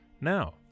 Now